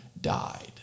died